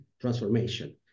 transformation